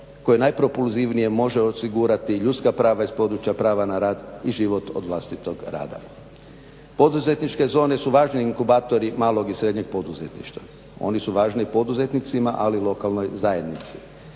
koje najpropulzivnije može osigurati ljudska prava iz područja prava na rad i život od vlastitog rada. Poduzetničke zone su važni inkubatori malog i srednje poduzetništva, oni su važni poduzetnicima, ali i lokalnoj zajednici.